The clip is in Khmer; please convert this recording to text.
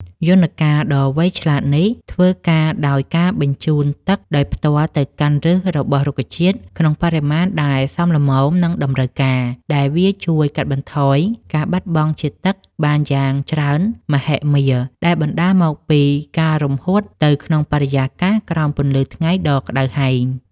យន្តការវៃឆ្លាតនេះធ្វើការដោយការបញ្ជូនទឹកដោយផ្ទាល់ទៅកាន់ឫសរបស់រុក្ខជាតិក្នុងបរិមាណដែលសមល្មមនឹងតម្រូវការ ដែលវាជួយកាត់បន្ថយការបាត់បង់ជាតិទឹកបានយ៉ាងច្រើនមហិមាដែលបណ្ដាលមកពីការរំហួតទៅក្នុងបរិយាកាសក្រោមពន្លឺថ្ងៃដ៏ក្ដៅហែង។